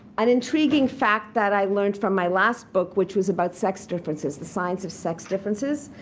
an intriguing fact that i learned from my last book, which was about sex differences, the science of sex differences.